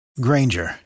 Granger